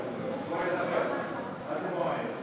אדוני היושב-ראש?